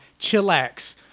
Chillax